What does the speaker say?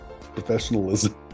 professionalism